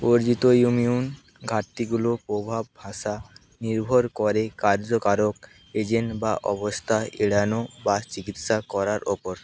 অর্জিত ইউমিউন ঘাটতিগুলো প্রভাব ভাষা নির্ভর করে কার্যকারক এজেন্ট বা অবস্থা এড়ানো বা চিকিৎসা করার ওপর